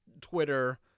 Twitter